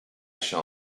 shall